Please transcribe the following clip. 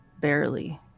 Barely